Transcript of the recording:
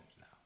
now